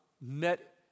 met